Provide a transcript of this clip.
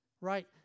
right